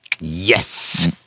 Yes